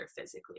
physically